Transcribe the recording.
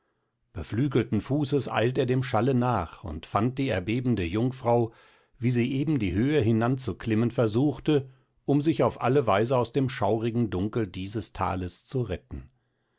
beflügelten fußes eilt er dem schalle nach und fand die erbebende jungfrau wie sie eben die höhe hinanzuklimmen versuchte um sich auf alle weise aus dem schaurigen dunkel dieses tales zu retten